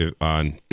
on